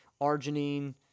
arginine